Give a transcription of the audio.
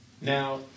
Now